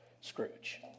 Scrooge